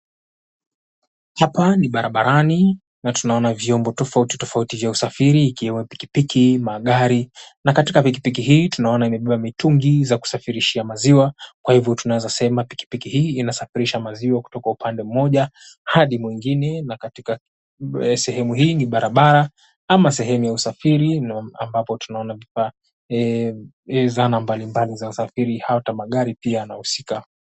Hapa ni barabarani na tunaona vyombo tofauti tofauti vya usafiri ikiwa pikipiki, magari na katika pikipiki hii tunaona imebeba mitungi za kusafirisha maziwa. Kwa hivyo tunaweza sema pikipiki hii inasafirisha maziwa kutoka upande mmoja hadi mwingine na katika sehemu hii ni barabara ama sehemu ya usafiri ambapo tunaona zana mbalimbali za usafiri hata magari pia yanahusika.